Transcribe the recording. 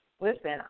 listen